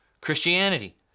Christianity